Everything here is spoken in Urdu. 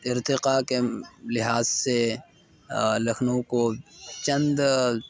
ارتقاء کے لحاظ سے لکھنؤ کو چند